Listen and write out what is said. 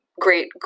Great